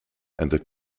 and